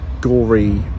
gory